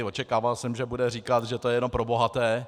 Očekával jsem, že bude říkat, že to je jenom pro bohaté.